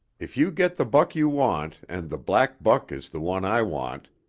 if you get the buck you want, and the black buck is the one i want,